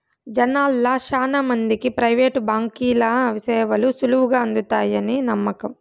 జనాల్ల శానా మందికి ప్రైవేటు బాంకీల సేవలు సులువుగా అందతాయని నమ్మకం